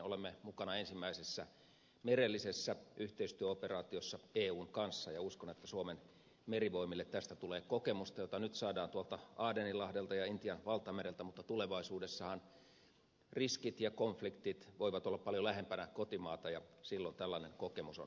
olemme mukana ensimmäisessä merellisessä yhteistyöoperaatiossa eun kanssa ja uskon että suomen merivoimille tästä tulee kokemusta jota nyt saadaan tuolta adeninlahdelta ja intian valtamereltä mutta tulevaisuudessahan riskit ja konfliktit voivat olla paljon lähempänä kotimaata ja silloin tällainen kokemus on hyödyllistä